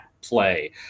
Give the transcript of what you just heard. play